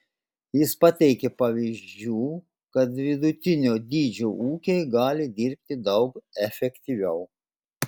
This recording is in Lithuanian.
jis pateikė pavyzdžių kad vidutinio dydžio ūkiai gali dirbti daug efektyviau